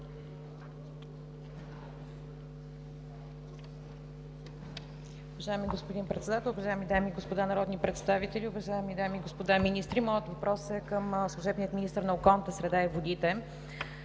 Уважаеми господин Председател, уважаеми дами и господа народни представители, уважаеми господа министри! Моят въпрос е към служебния министър на околната среда и водите.